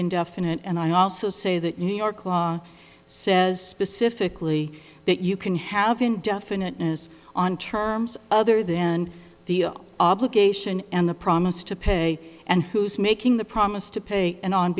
indefinite and i also say that new york law says pacifically that you can have indefiniteness on terms other then the obligation and the promise to pay and who's making the promise to pay and on